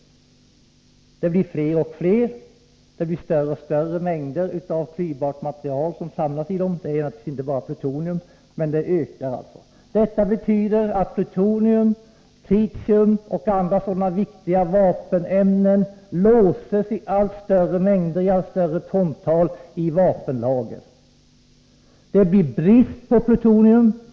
De blir fler och fler, och det blir större och större mängder klyvbart material som samlas i dem, och inte bara plutonium. Men de ökar alltså. Detta betyder att plutonium, tritium och andra sådana viktiga vapenämnen låses i allt större mängder i vapenlager. Det blir brist på plutonium.